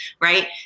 right